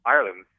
Ireland